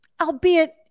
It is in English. albeit